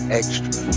extra